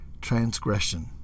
transgression